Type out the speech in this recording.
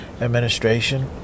administration